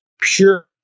pure